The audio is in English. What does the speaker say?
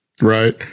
Right